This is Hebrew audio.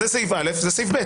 זה סעיף (א) זה סעיף (ב).